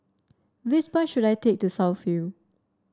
which bus should I take to South View